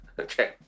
Okay